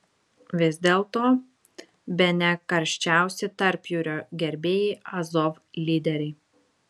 vis dėlto bene karščiausi tarpjūrio gerbėjai azov lyderiai